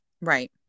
Right